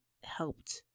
helped